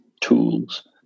tools